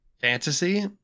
fantasy